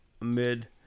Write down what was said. mid